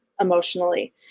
emotionally